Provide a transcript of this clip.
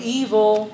evil